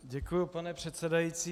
Děkuji, pane předsedající.